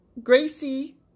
Gracie